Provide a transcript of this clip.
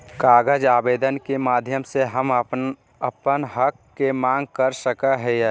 कागज आवेदन के माध्यम से हम अपन हक के मांग कर सकय हियय